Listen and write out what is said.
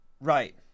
Right